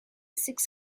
six